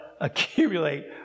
Accumulate